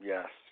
Yes